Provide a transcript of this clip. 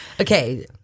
Okay